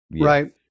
Right